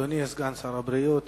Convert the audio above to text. אדוני סגן שר הבריאות,